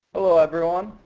hello everyone.